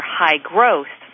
high-growth